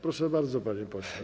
Proszę bardzo, panie pośle.